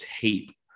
tape